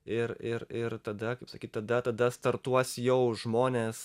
ir ir ir tada kaip sakyti tada tada startuos jau žmonės